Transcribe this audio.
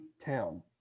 town